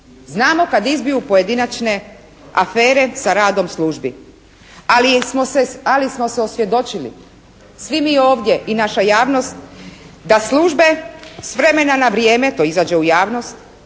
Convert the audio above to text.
Znamo kad izbiju pojedinačne afere sa radom službi, ali smo se osvjedočili svi mi ovdje i naša javnost da službe s vremena na vrijeme, to izađe u javnost